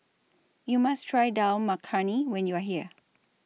YOU must Try Dal Makhani when YOU Are here